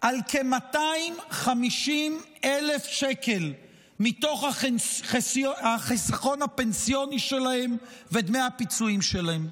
על כ-250,000 שקל מתוך החיסכון הפנסיוני שלהם ודמי הפיצויים שלהם.